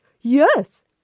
Yes